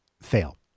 fail